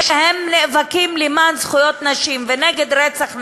שהם נאבקים למען זכויות נשים ונגד רצח נשים,